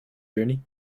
journey